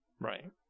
Right